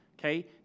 okay